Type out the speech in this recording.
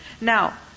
Now